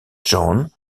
john